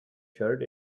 shirt